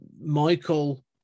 Michael